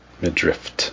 midriff